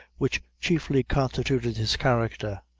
which chiefly constituted his character.